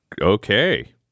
Okay